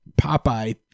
Popeye